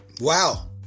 wow